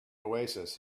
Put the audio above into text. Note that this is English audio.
oasis